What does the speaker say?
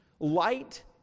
Light